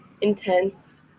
intense